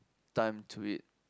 time to it